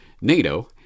NATO